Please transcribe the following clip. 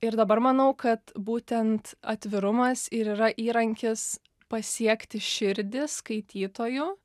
ir dabar manau kad būtent atvirumas ir yra įrankis pasiekti širdis skaitytojų